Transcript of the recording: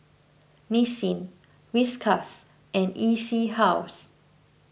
Nissin Whiskas and E C House